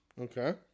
Okay